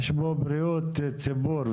יש פה בריאות ציבור,